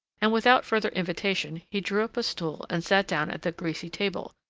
and without further invitation he drew up a stool and sat down at that greasy table.